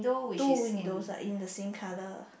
two windows right in the same colour